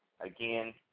again